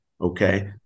okay